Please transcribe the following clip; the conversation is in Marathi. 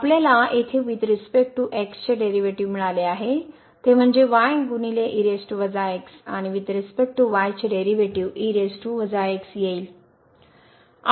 आपल्यास येथे वुईथ रिस्पेक्ट टू x चे डेरिव्हेटिव्ह्ज मिळाले आहेत ते म्हणजे आणि with respect to y derivative येईल